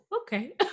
okay